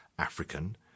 African